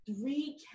three